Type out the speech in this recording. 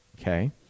okay